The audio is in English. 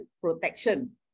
protection